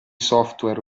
software